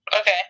Okay